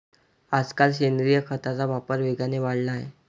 आजकाल सेंद्रिय खताचा वापर वेगाने वाढला आहे